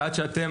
ועד שאתם,